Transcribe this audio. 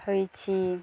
ହୋଇଛି